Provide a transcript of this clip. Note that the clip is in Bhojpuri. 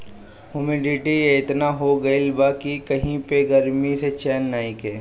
हुमिडिटी एतना हो गइल बा कि कही पे गरमी से चैन नइखे